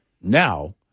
now